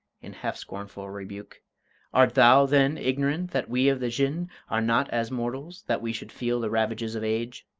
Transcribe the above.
in half-scornful rebuke art thou, then, ignorant that we of the jinn are not as mortals, that we should feel the ravages of age?